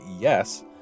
Yes